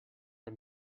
are